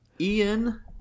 Ian